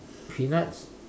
peanuts